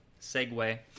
segue